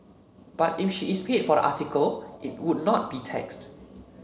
but if she is paid for the article it would not be taxed